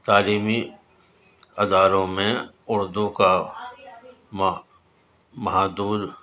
تعلیمی اداروں میں اردو کا محادول